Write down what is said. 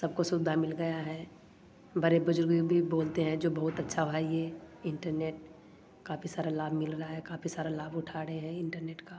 सबको सुवधा मिल गया है बड़े बुज़ुर्ग भी बोलते हैं जो बहुत अच्छा भाई यह इंटरनेट काफ़ी सारा लाभ मिल रहा है काफ़ी सारा लाभ उठा रहे हैं इंटरनेट का